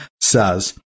says